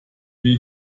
wir